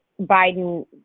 Biden